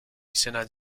izena